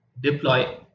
deploy